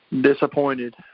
Disappointed